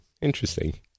interesting